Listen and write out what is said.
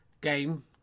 game